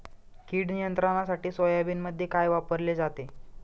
कीड नियंत्रणासाठी सोयाबीनमध्ये काय वापरले जाते?